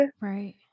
Right